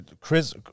Chris